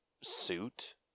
suit